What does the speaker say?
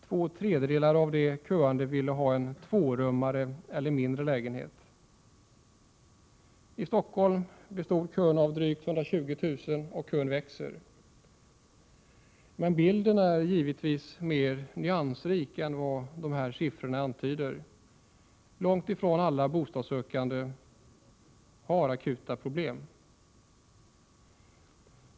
Två tredjedelar av de köande ville ha en tvårummare eller en mindre lägenhet. I Stockholm bestod kön av drygt 120 000 personer, och kön växer. Men bilden är givetvis mer nyansrik än vad dessa siffror antyder. Långt ifrån alla bostadssökande har akuta problem.